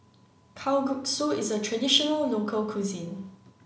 Kalguksu is a traditional local cuisine